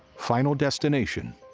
final destination,